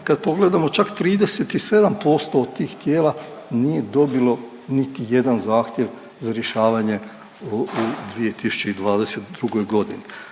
kad pogledamo, čak 37% od tih tijela nije dobilo niti jedan zahtjev za rješavanje u 2022. g.,